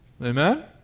Amen